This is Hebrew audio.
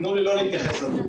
תנו לי לא להתייחס לתעופה,